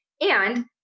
And-